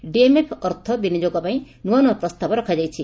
DMF ଅର୍ଥ ବିନିଯୋଗ ପାଇଁ ନୂଆ ନୂଆ ପ୍ରସ୍ତାବ ରଖାଯାଇଛି